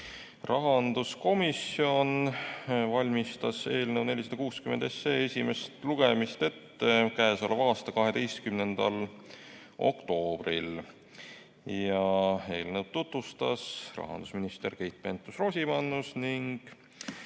Rahanduskomisjon valmistas eelnõu 460 esimest lugemist ette k.a 12. oktoobril. Eelnõu tutvustas rahandusminister Keit Pentus-Rosimannus ning